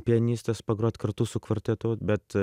pianistas pagrot kartu su kvartetu bet